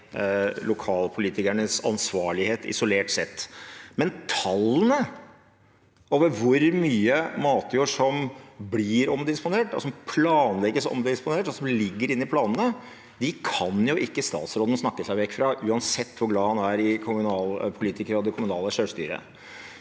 lokalpolitikernes ansvarlighet isolert sett, men tallene over hvor mye matjord som blir omdisponert, som planlegges omdisponert, og som ligger inne i planene, kan jo ikke statsråden snakke seg vekk fra, uansett hvor glad han er i kommunepolitikere